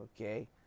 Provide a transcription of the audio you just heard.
Okay